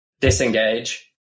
disengage